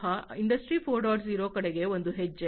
0 ಕಡೆಗೆ ಒಂದು ಹೆಜ್ಜೆ